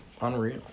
unreal